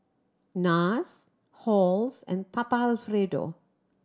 Nars Halls and Papa Alfredo